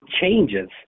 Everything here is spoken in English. changes